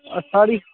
साढ़ी